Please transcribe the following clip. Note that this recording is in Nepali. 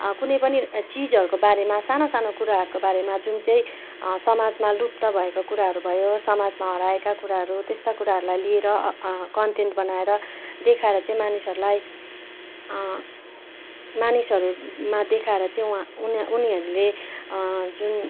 कुनै पनि चिजहरूको बारेमा साना साना कुराहरूको बारेमा जुन चाहिँ समाजमा लुप्त भएको कुराहरू भयो समाजमा हराएका कुराहरू त्यस्ता कुराहरूलाई लिएर कन्टेन्ट बनाएर देखाएर चाहिँ मानिसहरूलाई मानिसहरूमा देखाएर चाहिँ उहाँ उनीहरूले जुन